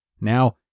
Now